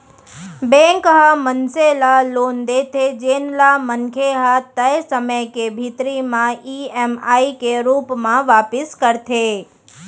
bank ह मनसे ल लोन देथे जेन ल मनखे ह तय समे के भीतरी म ईएमआई के रूप म वापिस करथे